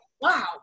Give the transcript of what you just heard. Wow